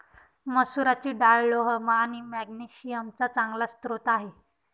मसुराची डाळ लोह आणि मॅग्नेशिअम चा चांगला स्रोत आहे